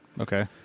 Okay